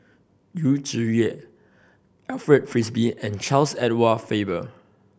Yu Zhuye Alfred Frisby and Charles Edward Faber